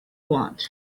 want